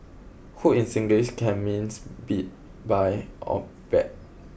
hoot in Singlish can means beat buy or bet